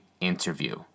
interview